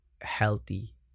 healthy